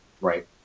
Right